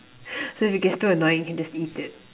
so if it gets too annoying you can just eat it